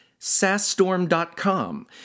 sassstorm.com